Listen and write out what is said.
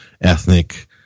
ethnic